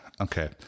Okay